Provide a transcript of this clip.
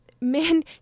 men